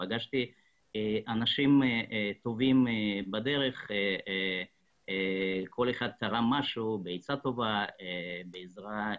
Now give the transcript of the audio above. פגשתי אנשים טובים בדרך וכל אחד תרם משהו בעצה טובה,